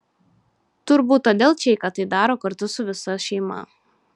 turbūt todėl čeika tai daro kartu su visa šeima